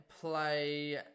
play